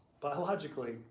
biologically